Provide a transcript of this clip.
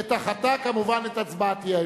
ודחתה, כמובן, את הצעת האי-אמון.